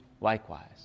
likewise